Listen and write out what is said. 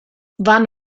wann